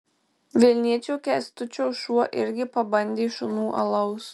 vilniečio kęstučio šuo irgi pabandė šunų alaus